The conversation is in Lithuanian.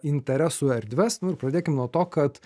interesų erdves nu ir pradėkim nuo to kad